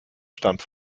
stammt